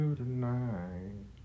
tonight